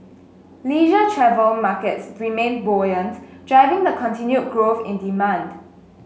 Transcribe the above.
leisure travel markets remained buoyant driving the continued growth in demand